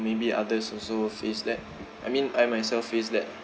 maybe others also face that I mean I myself face that